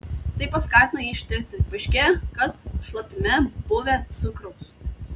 tai paskatino jį ištirti paaiškėjo kad šlapime buvę cukraus